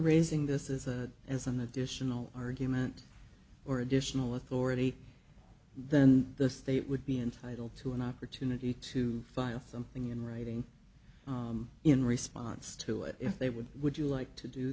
raising this is a as an additional argument or additional authority then the state would be entitled to an opportunity to file something in writing in response to it if they would would you like to do